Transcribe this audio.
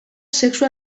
sexu